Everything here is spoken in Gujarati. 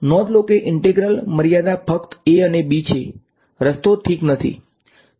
નોંધ લો કે ઈંન્ટ્રેગલ મર્યાદા ફક્ત a અને b છે રસ્તો ઠીક નથી